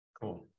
Cool